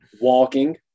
walking